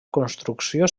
construcció